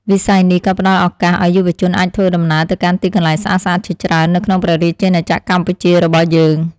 វិស័យនេះក៏ផ្តល់ឱកាសឱ្យយុវជនអាចធ្វើដំណើរទៅកាន់ទីកន្លែងស្អាតៗជាច្រើននៅក្នុងព្រះរាជាណាចក្រកម្ពុជារបស់យើង។